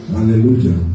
Hallelujah